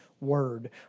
Word